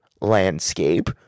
landscape